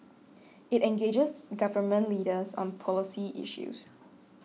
it engages Government Leaders on policy issues